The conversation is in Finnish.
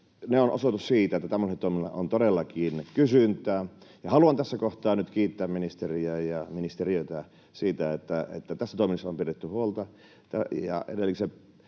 ne ovat osoitus siitä, että tämmöiselle toiminnalle on todellakin kysyntää. Haluan tässä kohtaa nyt kiittää ministeriä ja ministeriötä siitä, että tästä toiminnasta on pidetty huolta